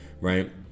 right